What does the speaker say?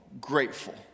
grateful